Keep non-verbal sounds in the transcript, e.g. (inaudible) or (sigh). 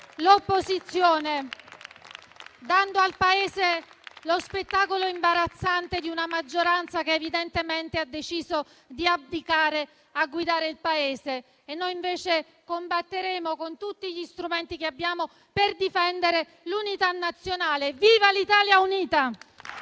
(applause) dando al Paese lo spettacolo imbarazzante di una maggioranza che evidentemente ha deciso di abdicare alla guida del Paese. Noi, invece, combatteremo con tutti gli strumenti che abbiamo per difendere l'unità nazionale: viva l'Italia unita!